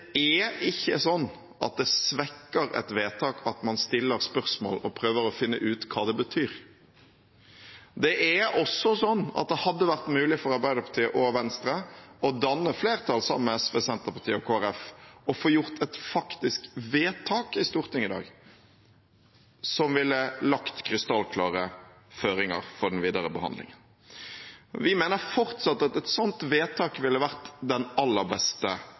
er ikke sånn at det svekker et vedtak at man stiller spørsmål og prøver å finne ut hva det betyr. Det er også sånn at det hadde vært mulig for Arbeiderpartiet og Venstre å danne flertall sammen med Sosialistisk Venstreparti, Senterpartiet og Kristelig Folkeparti og få gjort et faktisk vedtak i Stortinget i dag, som ville lagt krystallklare føringer for den videre behandlingen. Vi mener fortsatt at et sånt vedtak ville vært den aller beste